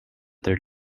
their